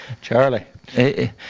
Charlie